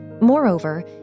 Moreover